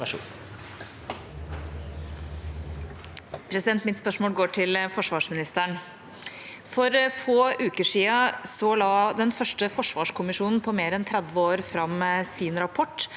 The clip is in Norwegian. For få uker siden la den første forsvarskommisjonen på mer enn 30 år fram sin rapport,